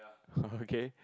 okay